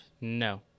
No